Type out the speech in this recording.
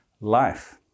life